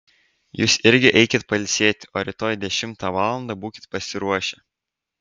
jūs irgi eikit pailsėti o rytoj dešimtą valandą būkit pasiruošę